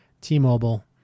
T-Mobile